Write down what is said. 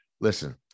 Listen